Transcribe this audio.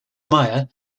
maya